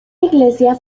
iglesia